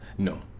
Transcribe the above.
No